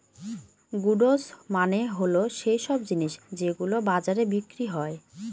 goods মানে হল সৈইসব জিনিস যেগুলো বাজারে বিক্রি হয়